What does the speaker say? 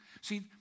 see